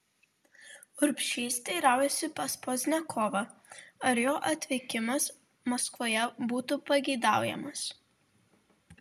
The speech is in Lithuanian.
urbšys teiraujasi pas pozniakovą ar jo atvykimas maskvoje būtų pageidaujamas